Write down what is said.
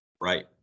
Right